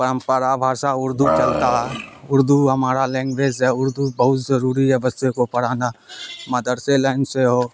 پرمپرا بھاشا اردو چلتا ہے اردو ہمارا لینگویج ہے اردو بہت ضروری ہے بچے کو پڑھانا مدرسے لائن سے ہو